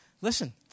Listen